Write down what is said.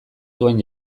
zuen